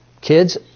Kids